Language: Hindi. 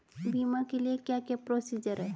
बीमा के लिए क्या क्या प्रोसीजर है?